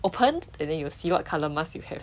opened and then you will see what colour mask you have